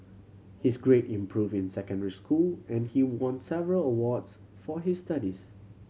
his grade improved in secondary school and he won several awards for his studies